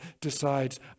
decides